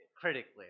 critically